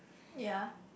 ya